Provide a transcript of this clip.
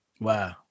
Wow